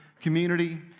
community